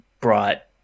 brought